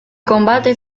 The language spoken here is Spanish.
combate